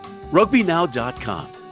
RugbyNow.com